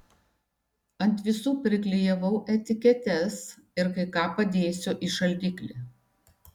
ant visų priklijavau etiketes ir kai ką padėsiu į šaldiklį